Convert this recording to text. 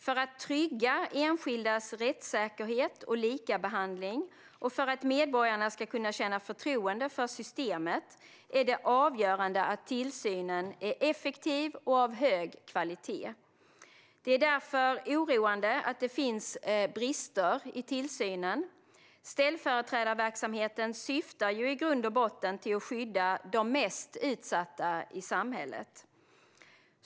För att trygga enskildas rättssäkerhet och likabehandling och för att medborgarna ska kunna känna förtroende för systemet är det avgörande att tillsynen är effektiv och av hög kvalitet. Det är därför oroande att det finns brister i tillsynen. Ställföreträdarverksamheten syftar ju i grund och botten till att skydda de mest utsatta i samhället.